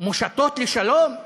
"מושטות לשלום"?